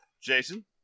Jason